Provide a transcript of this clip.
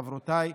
חברותיי,